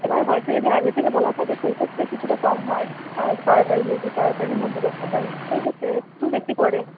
এবার হয়তো যদি আগে থেকে বলা থাকে সেই ক্ষেত্রে কিছুটা কম হয় আর তাড়াতাড়ি যদি তাড়াতাড়ির মধ্যে করতে হয় সেই ক্ষেত্রে একটু বেশি পড়ে